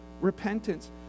repentance